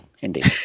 Indeed